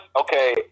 okay